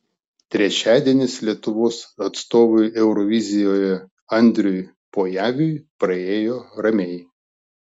trečiadienis lietuvos atstovui eurovizijoje andriui pojaviui praėjo ramiai